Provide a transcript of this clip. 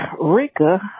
Rika